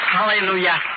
Hallelujah